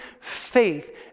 faith